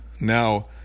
now